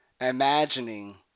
imagining